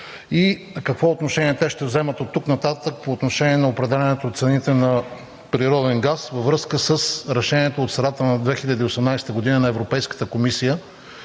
и какво отношение те ще вземат оттук нататък по отношение на определянето на цените на природен газ във връзка с решението от средата на 2018 г. на Европейската комисия